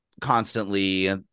constantly